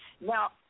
Now